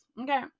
Okay